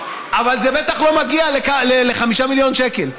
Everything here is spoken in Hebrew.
אבל זה בטח לא מגיע ל-5 מיליון שקל.